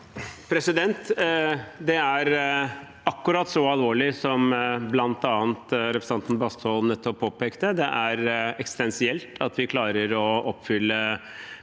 Det er akku- rat så alvorlig som bl.a. representanten Bastholm nettopp påpekte. Det er eksistensielt at vi klarer å oppfylle